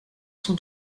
sont